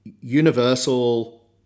universal